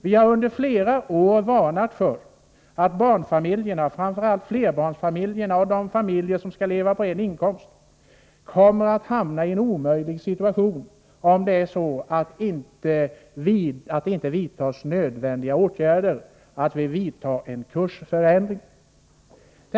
Vi har under flera år varnat för att barnfamiljerna — framför allt flerbarnsfamiljerna och de familjer som skall leva på en inkomst — kommer att hamna i en omöjlig situation, om det inte vidtas nödvändiga åtgärder och om det inte blir en kursförändring.